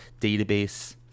database